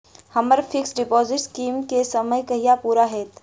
हम्मर fix deposit scheme केँ समय कहिया पूरा हैत?